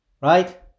Right